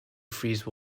freeze